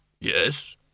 Yes